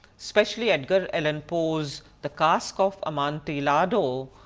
especially edgar allan poe's the cask of amontillado,